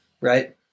right